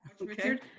Richard